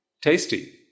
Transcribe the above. tasty